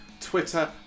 Twitter